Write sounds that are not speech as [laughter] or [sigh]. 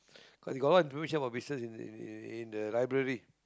[breath] cause they got a lot of information about business in the uh the library